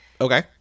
Okay